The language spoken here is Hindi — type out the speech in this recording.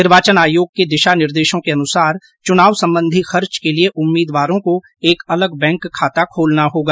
निर्वाचन आयोग के दिशा निर्देशों के अनुसार चुनाव संबंधी खर्च के लिए उम्मीदवारों को एक अलग बैंक खाता खोलना होगा